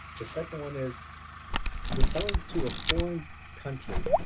the second one is we're selling to a foreign country.